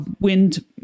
wind